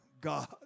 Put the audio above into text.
God